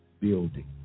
building